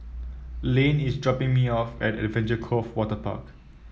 Lane is dropping me off at Adventure Cove Waterpark